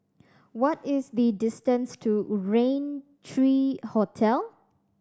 what is the distance to Rain Three Hotel